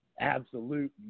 Absolute